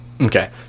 Okay